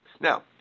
Now